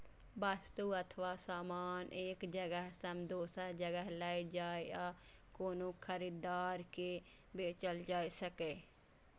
वस्तु अथवा सामान एक जगह सं दोसर जगह लए जाए आ कोनो खरीदार के बेचल जा सकै